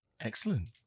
Excellent